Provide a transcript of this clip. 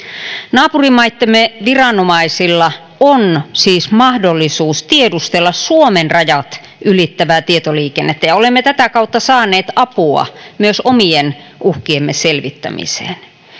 naapurimaittemme viranomaisilla on siis mahdollisuus tiedustella suomen rajat ylittävää tietoliikennettä ja olemme tätä kautta saaneet apua myös omien uhkiemme selvittämiseen